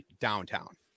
downtown